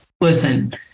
Listen